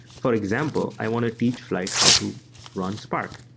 for example, i want to teach flyte how to run spark.